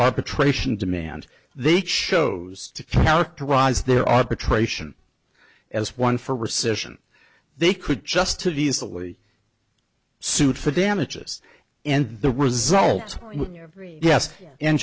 arbitration demand they chose to characterize their arbitration as one for recision they could just too easily sued for damages and the result yes